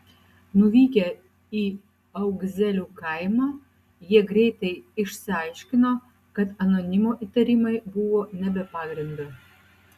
nuvykę į augzelių kaimą jie greitai išsiaiškino kad anonimo įtarimai buvo ne be pagrindo